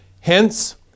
Hence